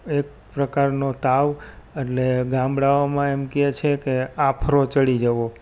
એક પ્રકારનો તાવ અટલે ગામડાંઓમાં એમ કે છે કે આફરો ચડી જવો